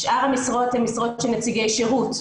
שאר המשרות הן משרות של נציגי שירות,